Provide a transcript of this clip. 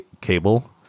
cable